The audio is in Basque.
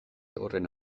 horren